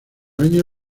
año